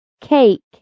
cake